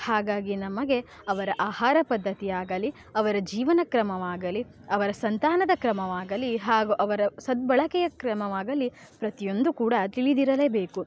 ಹಾಗಾಗಿ ನಮಗೆ ಅವರ ಆಹಾರ ಪದ್ದತಿಯಾಗಲಿ ಅವರ ಜೀವನ ಕ್ರಮವಾಗಲಿ ಅವರ ಸಂತಾನದ ಕ್ರಮವಾಗಲಿ ಹಾಗೂ ಅವರ ಸದ್ಬಳಕೆಯ ಕ್ರಮವಾಗಲಿ ಪ್ರತಿಯೊಂದು ಕೂಡ ತಿಳಿದಿರಲೇಬೇಕು